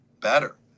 better